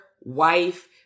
wife